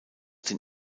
den